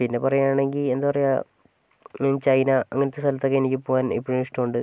പിന്നെ പറയുവാണെങ്കിൽ എന്താണ് പറയുക ചൈന അങ്ങനത്തെ സ്ഥലത്തൊക്കെ പോകാൻ എനിക്ക് ഇപ്പൊഴും ഇഷ്ടമുണ്ട്